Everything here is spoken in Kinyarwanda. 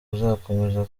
buzakomeza